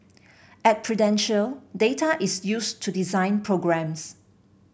at Prudential data is used to design programmes